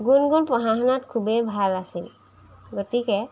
গুণগুণ পঢ়া শুনাত খুবেই ভাল আছিল গতিকে